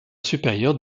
supérieur